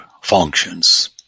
functions